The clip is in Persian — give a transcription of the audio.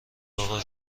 اقا